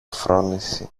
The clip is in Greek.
φρόνηση